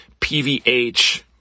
PVH